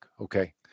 Okay